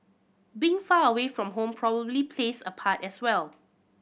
being far away from home probably plays a part as well